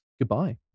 goodbye